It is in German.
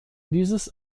dieses